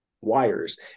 wires